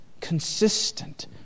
consistent